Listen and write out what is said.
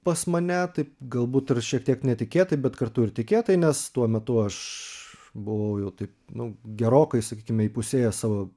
pas mane taip galbūt ir šiek tiek netikėtai bet kartu ir tikėtai nes tuo metu aš buvau jau taip nu gerokai sakykime įpusėjęs savo